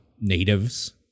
natives